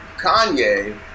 Kanye